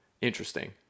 interesting